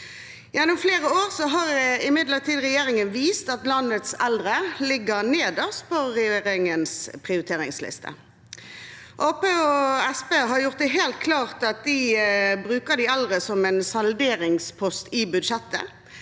Gjennom flere år har imidlertid regjeringen vist at landets eldre ligger nederst på regjeringens prioriteringsliste. Arbeiderpartiet og Senterpartiet har gjort det helt klart at de bruker de eldre som en salderingspost i budsjettet.